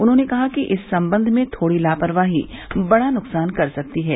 उन्होंने कहा कि इस संबंध में थोड़ी लापरवाही बड़ा नुकसान कर सकती है